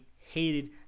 hated